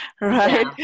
right